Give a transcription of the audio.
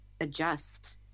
adjust